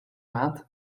maand